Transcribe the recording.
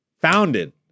founded